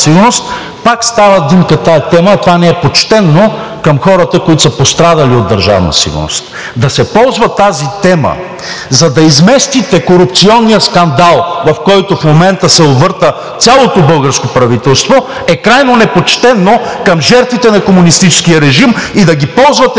Пак става димка тази тема, а това не е почтено към хората, които са пострадали от Държавна сигурност. Да се ползва тази тема, за да изместите корупционния скандал, в който в момента се овърта цялото българско правителство, е крайно непочтено към жертвите на комунистическия режим, да ги ползвате отново,